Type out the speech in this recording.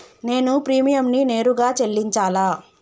నేను ప్రీమియంని నేరుగా చెల్లించాలా?